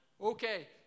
Okay